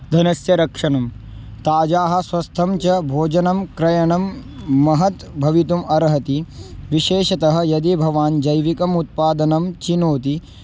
धनस्य रक्षणं ताजाः स्वस्थं च भोजनं क्रयणं महत् भवितुम् अर्हति विशेषतः यदि भवान् जैविकम् उत्पादनं चिनोति